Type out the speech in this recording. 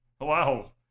Wow